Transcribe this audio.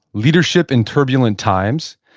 leadership in turbulent times.